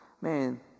Man